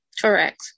Correct